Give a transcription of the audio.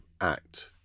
act